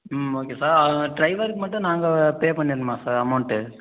ம் okay sir டிரைவருக்கு மட்டும் நாங்கள் பே பண்ணிடணுமா சார் அமௌண்ட்டு